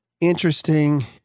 interesting